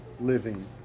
living